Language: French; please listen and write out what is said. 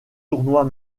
tournoi